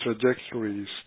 trajectories